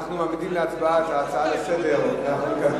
מעמידים להצבעה את ההצעות לסדר-היום.